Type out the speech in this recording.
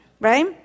right